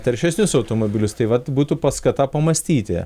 taršesnius automobilius tai vat būtų paskata pamąstyti